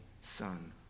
Son